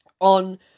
on